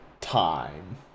time